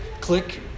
Click